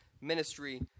ministry